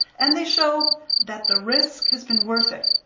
and they show that the risk has been worth it.